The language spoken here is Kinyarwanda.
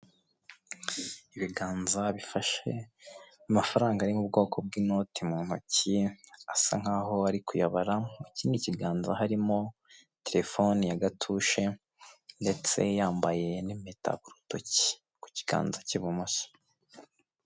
Ibiganza bifashe amafaranga ari mu bwoko bw'inoti mu ntoki asa nk'aho ari kuyabara, mu kindi kiganza harimo terefone ya gatushe ndetse yambaye n'impeta ku rutoki, ku kiganza cy'ibumoso.